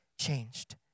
changed